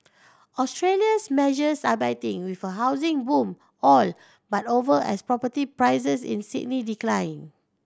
Australia's measures are biting with a housing boom all but over as property prices in Sydney decline